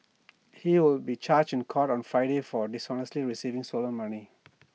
he will be charged in court on Friday for dishonestly receiving stolen money